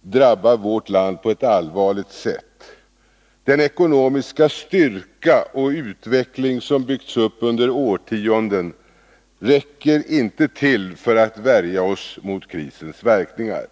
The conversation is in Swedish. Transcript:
drabbar vårt land på ett allvarligt sätt. Den ekonomiska styrka och utveckling som byggts upp under årtionden räcker inte till för att värja oss mot krisens verkningar.